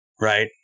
right